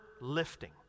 lifting